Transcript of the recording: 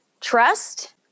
trust